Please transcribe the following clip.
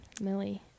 Millie